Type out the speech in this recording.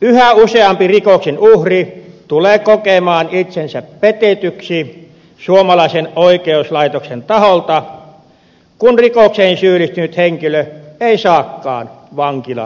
yhä useampi rikoksen uhri tulee kokemaan itsensä petetyksi suomalaisen oikeuslaitoksen taholta kun rikokseen syyllistynyt henkilö ei saakaan vankilarangaistusta